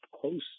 close